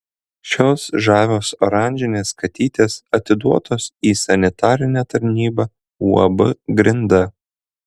šios žavios oranžinės katytės atiduotos į sanitarinę tarnybą uab grinda